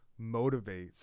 motivates